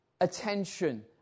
attention